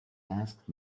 asked